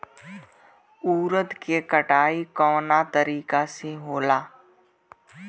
उरद के कटाई कवना तरीका से होला?